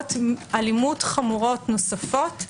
בעבירות אלימות חמורות נוספות,